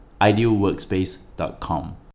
idealworkspace.com